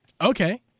Okay